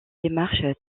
démarche